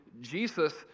Jesus